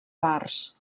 parts